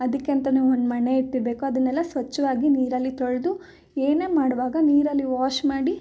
ಅದಕ್ಕೆ ಅಂತಲೇ ಒಂದು ಮಣೆ ಇಟ್ಟಿರಬೇಕು ಅದನ್ನೆಲ್ಲ ಸ್ವಚ್ಛವಾಗಿ ನೀರಲ್ಲಿ ತೊಳೆದು ಏನೇ ಮಾಡುವಾಗ ನೀರಲ್ಲಿ ವಾಶ್ ಮಾಡಿ